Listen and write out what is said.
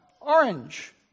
orange